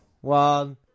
One